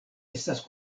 estas